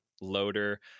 loader